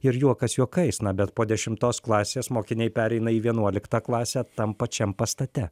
ir juokas juokais na bet po dešimtos klasės mokiniai pereina į vienuoliktą klasę tam pačiam pastate